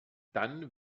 dann